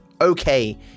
okay